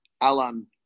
Alan